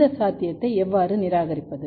இந்த சாத்தியத்தை எவ்வாறு நிராகரிப்பது